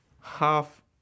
half